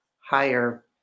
higher